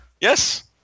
Yes